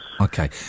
Okay